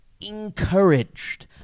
encouraged